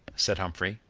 said humphrey,